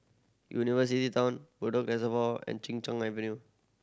University Town Bedok Reservoir and Chin Cheng Avenue